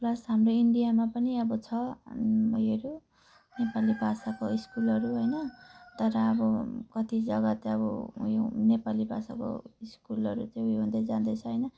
plus हाम्रो इन्डियामा पनि अब छ उयोहरू नेपाली भाषाको स्कुलहरू होइन तर अब कति जग्गा त अब उयो नेपाली भाषाको स्कुलहरू चाहिँ उयो हुँदै जाँदैछ होइन